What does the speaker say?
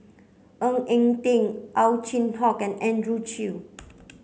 Ng Eng Teng Ow Chin Hock and Andrew Chew